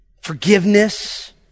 forgiveness